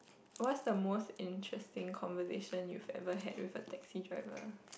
what's the most interesting conversation you've ever had with the taxi driver